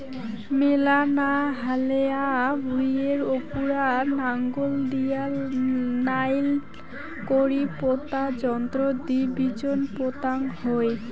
মেলা না হালেয়া ভুঁইয়ের উপুরা নাঙল দিয়া নাইন করি পোতা যন্ত্রর দি বিচোন পোতাং হই